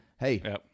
hey